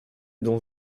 dont